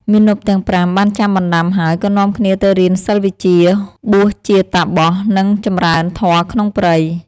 មាណពទាំង ៥ បានចាំបណ្ដាំហើយ ក៏នាំគ្នាទៅរៀនសិល្បវិជ្ជា បួសជាតាបស និងចម្រើនធម៌ក្នុងព្រៃ។